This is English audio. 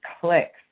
clicks